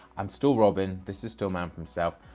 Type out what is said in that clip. i'm still robin. this is still man for himself.